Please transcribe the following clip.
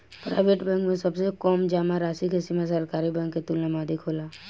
private bank में सबसे कम जामा राशि के सीमा सरकारी बैंक के तुलना में अधिक होला